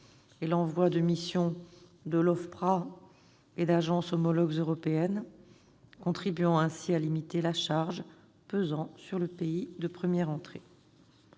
et l'envoi de missions de l'OFPRA et d'agences homologues européennes, contribuant ainsi à limiter la charge pesant sur le pays de première entrée.